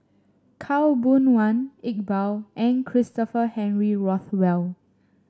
Khaw Boon Wan Iqbal and Christopher Henry Rothwell